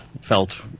felt